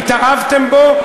התאהבתם בו,